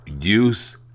use